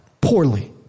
poorly